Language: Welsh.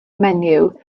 menyw